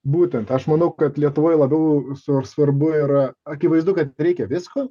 būtent aš manau kad lietuvoj labiau svar svarbu yra akivaizdu kad reikia visko